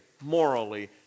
morally